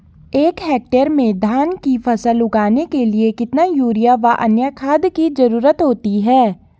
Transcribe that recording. एक हेक्टेयर में धान की फसल उगाने के लिए कितना यूरिया व अन्य खाद की जरूरत होती है?